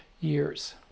years